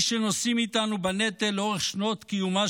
מי שנושאים איתנו בנטל לאורך שנות קיומה